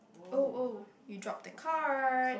oh oh you dropped the card